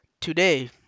today